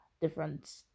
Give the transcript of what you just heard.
different